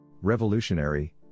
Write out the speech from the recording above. Revolutionary